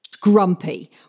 grumpy